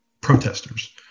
protesters